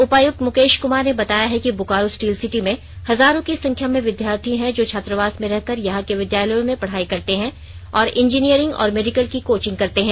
उपायुक्त मुकेश कुमार ने बताया है कि बोकारो स्टील सिटी में हजारों की संख्या में विद्यार्थी हैं जो छात्रावास में रहकर यहां के विद्यालयों में पढ़ाई करते हैं और इंजीनियरिंग और मेडिकल की कोचिंग करते हैं